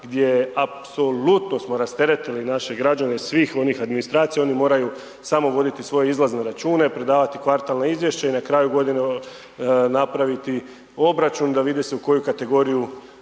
gdje apsolutno smo rasteretili naše građane svih onih administracija. Oni moraju samo voditi svoje izlazne račune, predavati kvartalne izvješće i na kraju godine napraviti obračun da vidi se u koju kategoriju